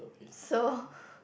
so